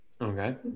Okay